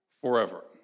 forever